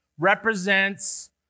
represents